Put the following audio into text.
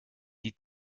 die